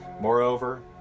Moreover